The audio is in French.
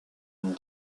une